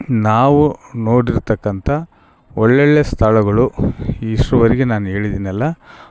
ನಾವು ನೋಡಿರ್ತಕ್ಕಂಥ ಒಳ್ಳೊಳ್ಳೆಯ ಸ್ತಳಗಳು ಇಸೋ ವರೆಗೆ ನಾನು ಹೇಳಿದ್ದೀನಲ್ಲ